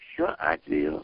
šiuo atveju